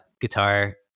guitar